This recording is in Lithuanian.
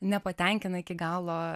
nepatenkina iki galo